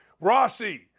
Rossi